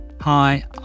Hi